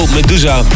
Medusa